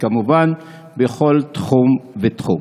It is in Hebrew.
כמובן בכל תחום ותחום.